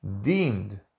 deemed